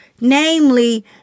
namely